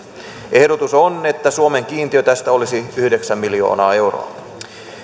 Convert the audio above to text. ehdotus on että suomen kiintiö tästä olisi yhdeksän miljoonaa euroa